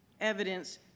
evidence